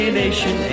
nation